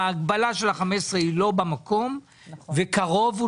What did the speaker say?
ההגבלה של ה-15 היא לא במקום ו-קרוב הוא